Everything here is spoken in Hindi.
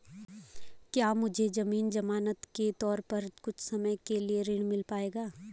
क्या मुझे ज़मीन ज़मानत के तौर पर कुछ समय के लिए ऋण मिल पाएगा?